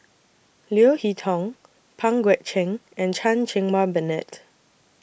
Leo Hee Tong Pang Guek Cheng and Chan Cheng Wah Bernard